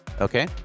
Okay